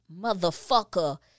motherfucker